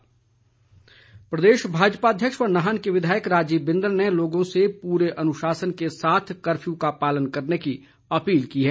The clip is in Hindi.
बिंदल प्रदेश भाजपा अध्यक्ष व नाहन के विधायक राजीव बिंदल ने लोगों से पूरे अनुशासन के साथ कफ्यू का पालन करने की अपील की है